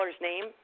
name